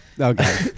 Okay